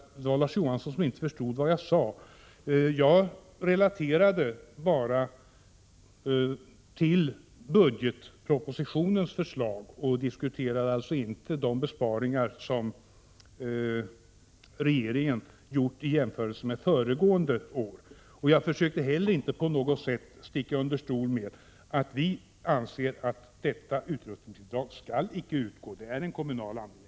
Jag tror Larz Johansson inte förstod vad jag sade. Jag talade bara om budgetpropositionens förslag, och diskuterade alltså inte de besparingar regeringen gjort i jämförelse med föregående år. Jag försökte inte heller sticka under stol med att jag anser att detta utrustningsbidrag inte skall ges. Det är en kommunal angelägenhet.